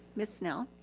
ms. snell.